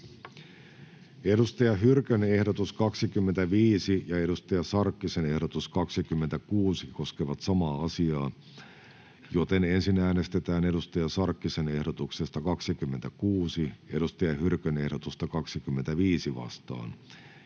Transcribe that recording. Saara Hyrkön ehdotus 28 ja Hanna Sarkkisen ehdotus 29 koskevat samaa asiaa. Ensin äänestetään Hanna Sarkkisen ehdotuksesta 29 Saara Hyrkön ehdotusta 28 vastaan